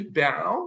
bow